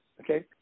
okay